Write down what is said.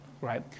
Right